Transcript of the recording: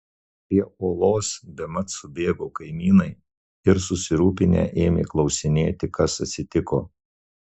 prie olos bemat subėgo kaimynai ir susirūpinę ėmė klausinėti kas atsitiko